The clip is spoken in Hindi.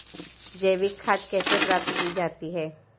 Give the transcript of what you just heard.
जैविक खाद कैसे प्राप्त की जाती है?